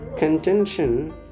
Contention